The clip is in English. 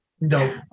no